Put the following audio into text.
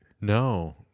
No